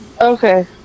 Okay